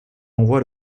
envoie